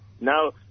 now